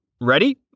Ready